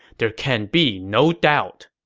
there can be no doubt.